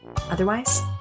Otherwise